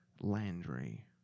landry